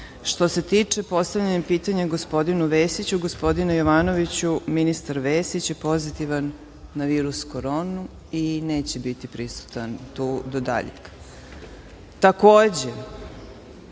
sve. Što se tiče postavljanja pitanja gospodinu Vesiću, gospodine Jovanoviću, ministar Vesić je pozitivan na virus koronu i neće biti prisutan tu do daljeg.